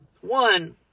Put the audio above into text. One